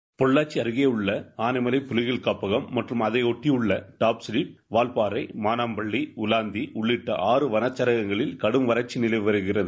seconds Pollachi அருகே உள்ள ஆனைமலை புலிகள் காப்பகம் அதைபொட்டியுள்ள டாப்ஸ்லிட் வால்பாறை மாணாம்பள்ளி உவாந்தி உள்ளிட்ட ஆறு வன சரகங்களில் கடும் வறட்சி நிலவி வருகிறது